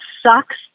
sucks